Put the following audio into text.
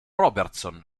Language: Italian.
robertson